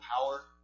power